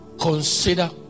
Consider